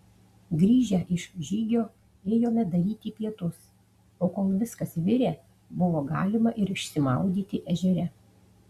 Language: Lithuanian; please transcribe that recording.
grįžę iš žygio ėjome daryti pietus o kol viskas virė buvo galima ir išsimaudyti ežere